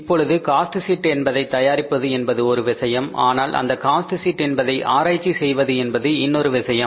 இப்பொழுது cost sheet என்பதை தயாரிப்பது என்பது ஒரு விஷயம் ஆனால் அந்த காஸ்ட் ஷீட் என்பதை ஆராய்ச்சி செய்வது என்பது இன்னொரு விஷயம்